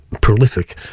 prolific